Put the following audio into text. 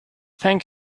thank